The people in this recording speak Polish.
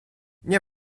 nie